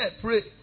pray